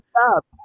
Stop